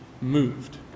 moved